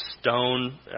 stone